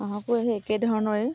হাঁহকো সেই একেধৰণৰেই